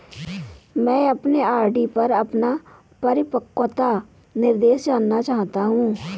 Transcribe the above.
मैं अपने आर.डी पर अपना परिपक्वता निर्देश जानना चाहता हूं